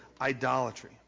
idolatry